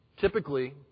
Typically